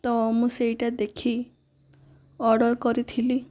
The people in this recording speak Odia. ତ ମୁଁ ସେହିଟା ଦେଖି ଅର୍ଡ଼ର କରିଥିଲି